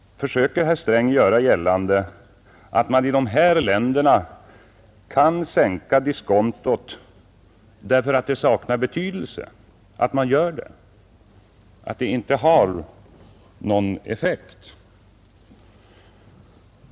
Försöker herr Sträng göra gällande att man i dessa länder kan sänka diskontot därför att det saknar betydelse att man gör det — att det inte har någon effekt?